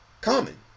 common